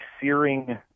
searing